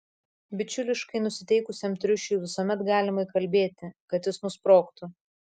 bičiuliškai nusiteikusiam triušiui visuomet galima įkalbėti kad jis nusprogtų